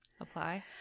apply